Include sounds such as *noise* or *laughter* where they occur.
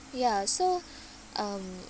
ya so *breath* um